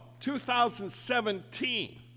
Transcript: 2017